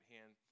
hand